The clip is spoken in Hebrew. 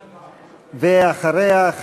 ואחריה,